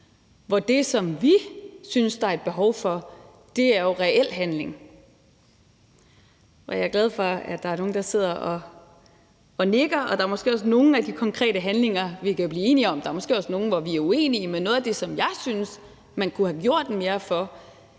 hvor det, som vi synes der er et behov for, jo er reel handling. Jeg er glad for, at der er nogle, der sidder og nikker, og der er måske også nogle af de konkrete handlinger, vi kan blive enige om, og der er måske også nogle af dem, hvor vi er uenige. Men der er også noget, jeg synes man kunne have gjort mere af